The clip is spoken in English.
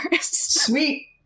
Sweet